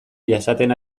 jasaten